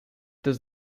does